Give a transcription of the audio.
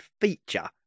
feature